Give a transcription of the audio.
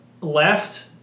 left